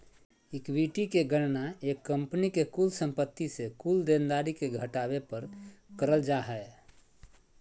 equity के गणना एक कंपनी के कुल संपत्ति से कुल देनदारी के घटावे पर करल जा हय